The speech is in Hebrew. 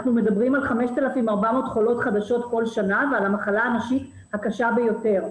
אנחנו מדברים על 5,400 חולות חדשות כל שנה ועל המחלה הנשית הקשה ביותר.